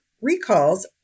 recalls